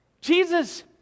Jesus